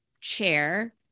chair